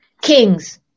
Kings